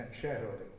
shareholding